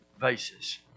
vases